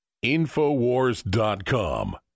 Infowars.com